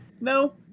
No